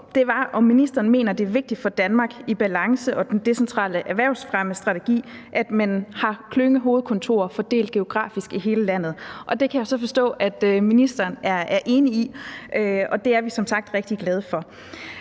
ministeren mener, det er vigtigt for et Danmark i balance og den decentrale erhvervsfremmestrategi, at man har klyngehovedkontorer fordelt geografisk i hele landet. Det kan jeg så forstå at ministeren er enig i, og det er vi som sagt rigtig glade for.